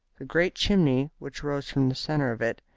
the great chimney which rose from the centre of it,